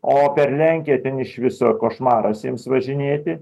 o per lenkiją ten iš viso košmaras jiems važinėti